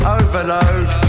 overload